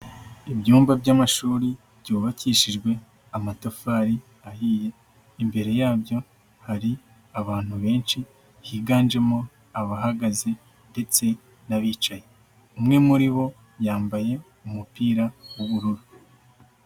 Ibyumba by'amashuri byubakishijwe amatafari ahiye, imbere yabyo hari abantu benshi, higanjemo abahagaze ndetse n'abicaye, umwe muri bo yambaye umupira w'ubururu.